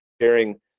sharing